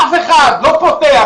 אף אחד לא פותח,